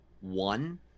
one